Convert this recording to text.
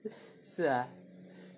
是啊